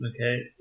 Okay